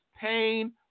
pain